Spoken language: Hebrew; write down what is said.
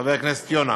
חבר הכנסת יונה,